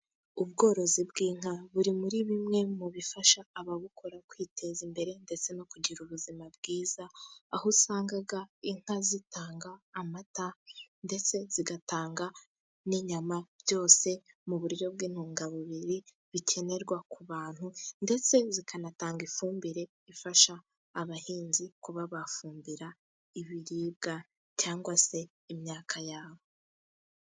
Ubworozi bw'inka buri muri bimwe mu bifasha ababukora kwiteza imbere ndetse no kugira ubuzima bwiza, aho usanga inka zitanga amata ndetse zigatanga n'inyama byose mu buryo bw'intungamubiri bikenerwa ku bantu, ndetse zikanatanga ifumbire ifasha abahinzi kuba bafumbira ibiribwa cyangwa se imyaka yabo.